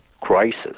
crisis